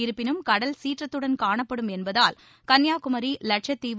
இருப்பினும் கடல் சீற்றத்துடன் காணப்படும் என்பதால் கன்னியாகுமரி லட்சத்தீவு